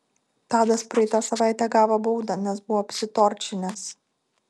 tadas praeitą savaitę gavo baudą nes buvo apsitorčinęs